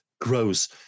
grows